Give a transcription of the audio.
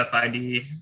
fid